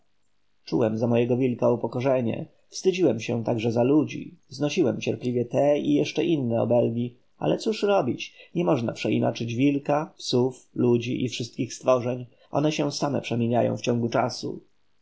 czułem za mojego wilka upokorzenie wstydziłem się także za ludzi znosiłem cierpliwie te i inne jeszcze obelgi ale cóż robić nie można przeinaczyć wilka psów ludzi i wszystkich stworzeń one się same przemieniają w ciągu czasu